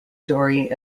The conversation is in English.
story